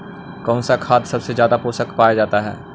कौन सा खाद मे सबसे ज्यादा पोषण पाया जाता है?